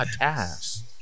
ass